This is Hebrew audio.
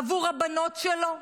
עבור הבנות שלו?